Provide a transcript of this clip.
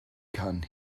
kann